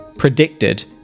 predicted